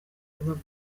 rubavu